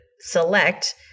select